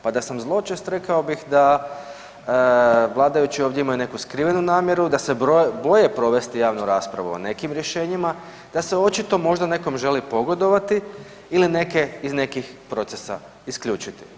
Pa da sam zločest rekao bih da vladajući ovdje imaju neku skrivenu namjeru, da se boje provesti javnu raspravu o nekim rješenjima, da se očito možda nekom želi pogodovati ili neke iz nekih procesa isključiti.